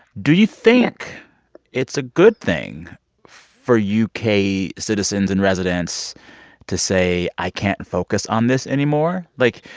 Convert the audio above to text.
do you think it's a good thing for u k. citizens and residents to say, i can't focus on this anymore? like,